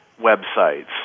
websites